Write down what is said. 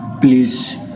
Please